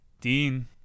Dean